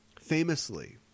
Famously